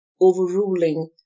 overruling